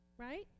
Right